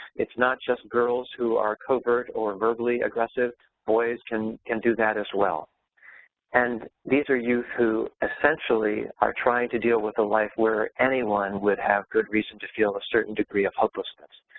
it's not just girls who are covert or verbally aggressive, boys can can do that as well and these are youth who essentially are trying to deal with a life where anyone would have good reason to feel a certain degree of hopelessness.